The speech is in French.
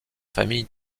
famille